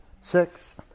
six